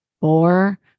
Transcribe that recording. four